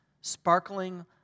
sparkling